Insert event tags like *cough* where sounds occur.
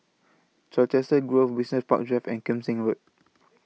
Colchester Grove Business Park Drive and Kim Seng Road *noise*